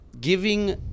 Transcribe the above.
giving